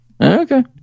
Okay